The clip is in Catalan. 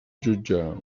jutjar